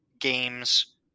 games